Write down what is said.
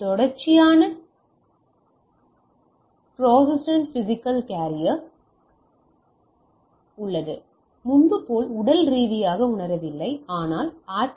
ஒரு தொடர்ச்சியான persistent physical carrier உள்ளது முன்பு அது உடல் ரீதியாக உணரவில்லை ஆனால் ஆர்